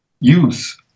use